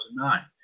2009